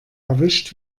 erwischt